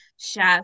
chef